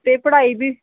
ਅਤੇ ਪੜ੍ਹਾਈ ਵੀ